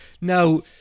now